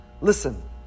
Listen